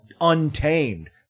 untamed